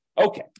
Okay